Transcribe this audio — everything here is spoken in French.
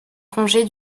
congé